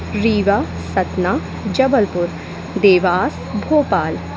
Rewa Satna Jabalpur Dewas Bhopal